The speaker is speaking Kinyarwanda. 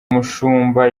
mushumba